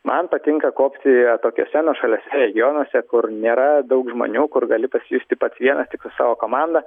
man patinka kopti atokiuose nuošaliuose rajonuose kur nėra daug žmonių kur gali pasijusti pats vienas tik su savo komanda